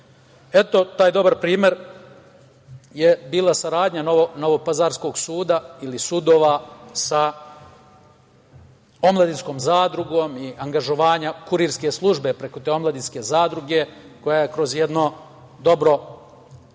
20%.Taj dobar primer je bila saradnja novopazarskog suda ili sudova sa omladinskom zadrugom i angažovanja kurirske službe preko te omladinske zadruge koja je kroz jedno dobro